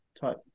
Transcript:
type